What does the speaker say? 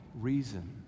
reason